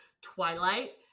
Twilight